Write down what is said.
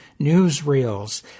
newsreels